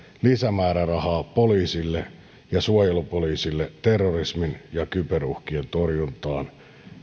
lisämäärärahaa poliisille ja suojelupoliisille terrorismin ja kyberuhkien torjuntaan